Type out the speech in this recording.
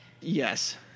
Yes